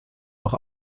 noch